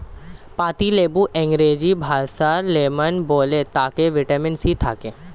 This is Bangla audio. পাতিলেবুকে ইংরেজি ভাষায় লেমন বলে তাতে ভিটামিন সি থাকে